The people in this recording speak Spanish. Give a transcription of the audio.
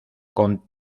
con